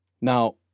Now